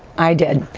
i did.